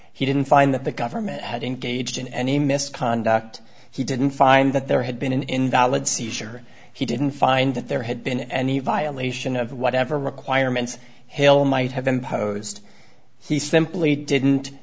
he didn't find that the government had engaged in any misconduct he didn't find that there had been an invalid seizure he didn't find that there had been any violation of whatever requirements hale might have imposed he simply didn't